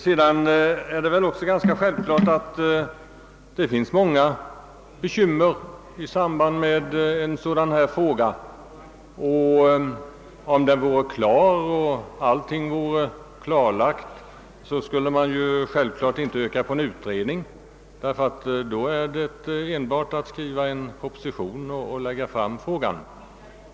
Det är också ganska självklart att det finns många bekymmer i samband med en fråga av det här slaget. Om allt vore klarlagt skulle det naturligtvis inte yrkas på en utredning, ty då är det endast att skriva en proposition i frågan och framlägga den.